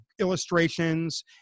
illustrations